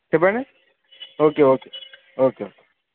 చెప్పండి okay okay okay